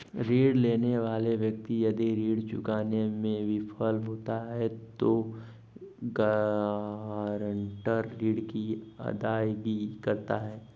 ऋण लेने वाला व्यक्ति यदि ऋण चुकाने में विफल होता है तो गारंटर ऋण की अदायगी करता है